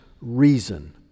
reason